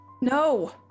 no